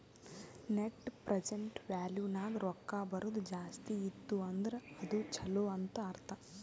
net present value ನಾಗ್ ರೊಕ್ಕಾ ಬರದು ಜಾಸ್ತಿ ಇತ್ತು ಅಂದುರ್ ಅದು ಛಲೋ ಅಂತ್ ಅರ್ಥ